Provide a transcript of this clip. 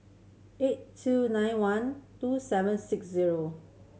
eight two nine one two seven six zero